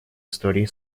истории